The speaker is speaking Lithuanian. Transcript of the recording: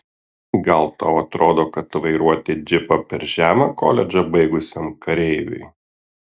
gal tau atrodo kad vairuoti džipą per žema koledžą baigusiam kareiviui